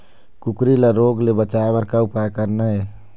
कुकरी ला रोग ले बचाए बर का उपाय करना ये?